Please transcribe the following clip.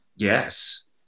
Yes